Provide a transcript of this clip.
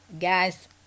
Guys